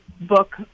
book